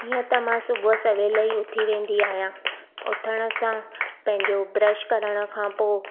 ईअं त मां सुबुहु सवेल ई उथी वेंदी आहियां उथण सां पंहिंजो ब्रश करण खां पोइ